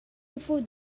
before